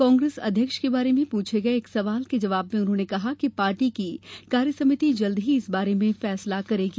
कांग्रेस अध्यक्ष के बारे में पूछे गये एक सवाल के जवाब में उन्हेांने कहा कि पार्टी की कार्यसमिति जल्द ही इस बारे में फैसला करेगी